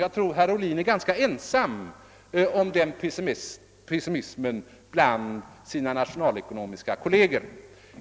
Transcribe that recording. Jag tror att herr Ohlin är ganska ensam om den pessimismen bland sina nationalekonomiska kolleger.